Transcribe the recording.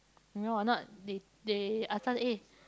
you know ah not they they ask us eh